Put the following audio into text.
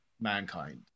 mankind